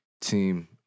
team